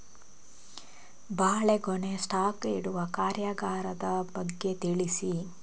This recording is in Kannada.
ಬಾಳೆಗೊನೆ ಸ್ಟಾಕ್ ಇಡುವ ಕಾರ್ಯಗಾರದ ಬಗ್ಗೆ ತಿಳಿಸಿ